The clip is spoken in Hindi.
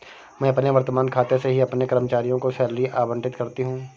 मैं अपने वर्तमान खाते से ही अपने कर्मचारियों को सैलरी आबंटित करती हूँ